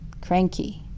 cranky